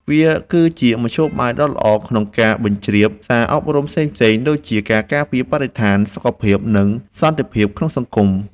វាគឺជាមធ្យោបាយដ៏ល្អក្នុងការបញ្ជ្រាបសារអប់រំផ្សេងៗ ដូចជាការការពារបរិស្ថាន សុខភាព និងសន្តិភាពក្នុងសង្គម។